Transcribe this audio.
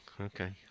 Okay